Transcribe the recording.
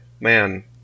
man